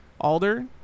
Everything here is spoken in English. alder